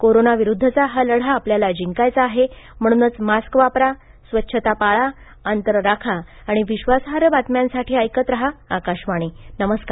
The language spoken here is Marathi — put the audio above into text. कोरोना विरुद्धचा हा लढा आपल्याला जिंकायचा आहे म्हणूनच मास्क वापरा स्वच्छता पाळा अंतर राखा आणि विश्वासार्ह बातम्यांसाठी ऐकत रहा आकाशवाणी नमर्कार